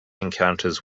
encounters